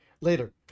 later